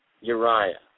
Uriah